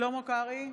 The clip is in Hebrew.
שלמה קרעי,